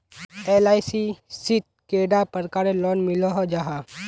LIC शित कैडा प्रकारेर लोन मिलोहो जाहा?